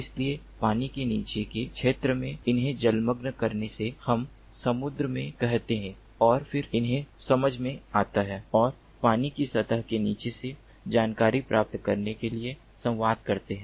इसलिए पानी के नीचे के क्षेत्र में उन्हें जलमग्न करने से हम समुद्र में कहते हैं और फिर उन्हें समझ में आता है और पानी की सतह के नीचे से जानकारी प्राप्त करने के लिए संवाद करते हैं